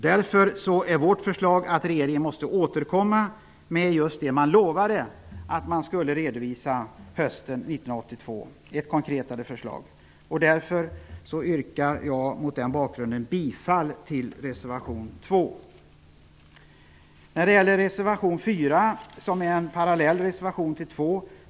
Därför är vårt förslag att regeringen måste återkomma med det man hösten 1992 lovade att man skulle redovisa -- ett konkretare förslag. Mot denna bakgrund yrkar jag bifall till reservation nr 2. Reservation nr 4 är en parallell till reservation nr 2.